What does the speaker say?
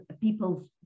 people's